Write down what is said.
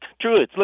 true